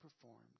performed